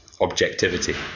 objectivity